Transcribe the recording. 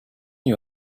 you